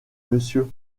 monsieur